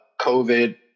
COVID